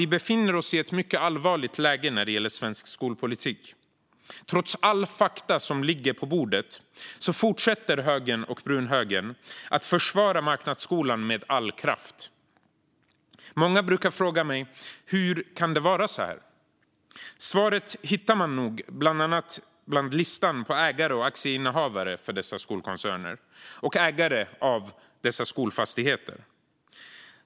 Vi befinner oss i ett mycket allvarligt läge när det gäller svensk skolpolitik. Trots alla fakta som ligger på bordet fortsätter högern och brunhögern att försvara marknadsskolan med all kraft. Många brukar fråga mig hur det kan vara så här. Svaret hittar man nog bland annat på listan över dessa skolkoncerners ägare och aktieinnehavare och dessa skolfastigheters ägare.